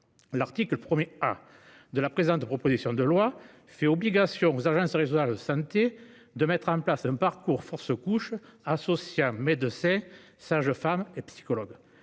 L'article 1 A de la présente proposition de loi fait obligation aux agences régionales de santé de mettre en place un « parcours interruption spontanée de grossesse » associant médecins, sages-femmes et psychologues.